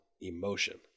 emotion